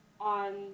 on